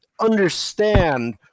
understand